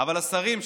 אבל השרים,